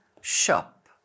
shop